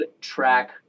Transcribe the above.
track